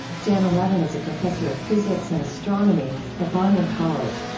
janna levin is a professor of physics and astronomy at barnard college.